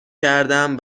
کردم